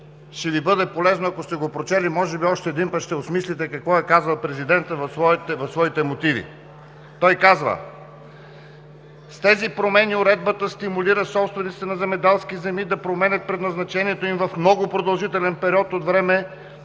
ще Ви е полезно, ако сте го прочели, може би още един път ще осмислите какво е казал Президентът в своите мотиви. Той казва: „С тези промени уредбата стимулира собствениците на земеделски земи да променят предназначението им и в много продължителен период от време